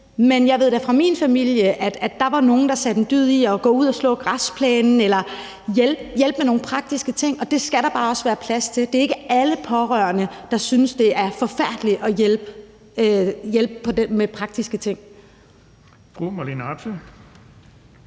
men jeg ved da fra min familie, at der var nogle, der gjorde en dyd ud af at gå ud og slå græsplænen eller hjælpe med nogle andre praktiske ting, og det skal der også bare være plads til. Det er ikke alle pårørende, der synes, det er forfærdeligt at hjælpe med praktiske ting.